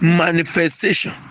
manifestation